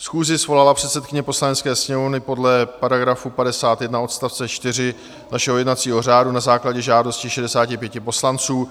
Schůzi svolala předsedkyně Poslanecké sněmovny podle § 51 odst. 4 našeho jednacího řádu na základě žádosti 65 poslanců.